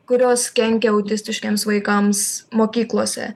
kurios kenkia autistiškiems vaikams mokyklose